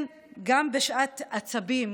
גם בשעת עצבים,